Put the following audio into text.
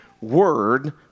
word